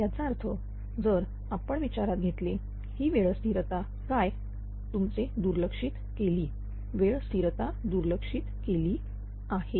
याचा अर्थ जर आपण विचारात घेतले ही वेळ स्थिरता काय तुमचे दुर्लक्षित केली वेळ स्थिरता दुर्लक्षित केली आहे